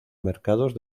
mercados